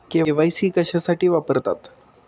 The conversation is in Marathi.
के.वाय.सी कशासाठी वापरतात?